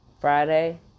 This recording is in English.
Friday